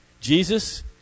Jesus